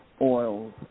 oils